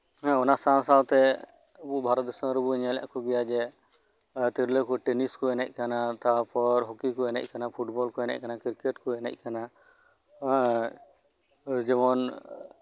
ᱚᱱᱟ ᱥᱟᱶ ᱥᱟᱶᱛᱮ ᱟᱵᱚ ᱵᱷᱟᱨᱚᱛ ᱫᱤᱥᱚᱢ ᱨᱮᱵᱚᱱ ᱧᱮᱞ ᱮᱜ ᱠᱚᱣᱟ ᱡᱮ ᱛᱤᱨᱞᱟᱹ ᱠᱚ ᱴᱮᱱᱤᱥ ᱠᱚ ᱮᱱᱮᱡ ᱠᱟᱱᱟ ᱛᱟᱨᱯᱚᱨ ᱦᱚᱠᱤ ᱠᱚ ᱮᱱᱮᱡ ᱠᱟᱱᱟ ᱛᱟᱨᱯᱚᱨ ᱯᱷᱩᱴᱵᱚᱞ ᱠᱚ ᱮᱱᱮᱡ ᱠᱟᱱᱟ ᱠᱤᱨᱠᱮᱴ ᱠᱚ ᱮᱱᱮᱡ ᱠᱟᱱᱟ ᱟᱨ ᱡᱮᱢᱚᱱ